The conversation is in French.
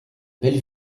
belle